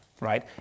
right